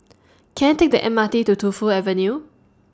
Can I Take The M R T to Tu Fu Avenue